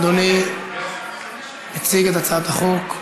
אדוני יציג את הצעת החוק.